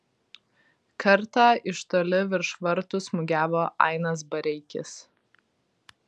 kartą iš toli virš vartų smūgiavo ainas bareikis